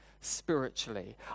spiritually